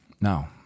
no